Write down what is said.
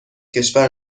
کشور